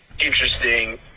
interesting